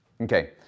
Okay